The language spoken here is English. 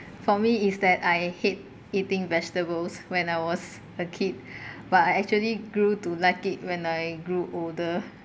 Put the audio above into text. for me is that I hate eating vegetables when I was a kid but I actually grew to like it when I grew older